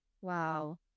Wow